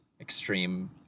extreme